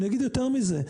אני אגיד יותר מזה.